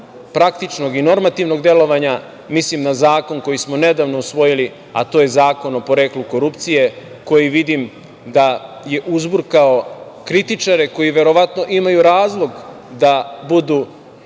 praktičnog i normativnog delovanja, mislim na zakon koji smo nedavno usvojili, a to je Zakon o poreklu korupcije, koji vidim da je uzburkao kritičare koji verovatno imaju razlog da budu